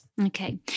Okay